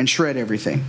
and shred everything